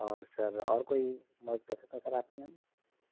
اور سر اور کوئی مدد کر سکتا ہوں سر آپ کی ہم